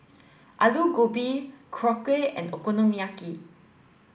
Alu Gobi Korokke and Okonomiyaki